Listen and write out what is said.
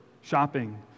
shopping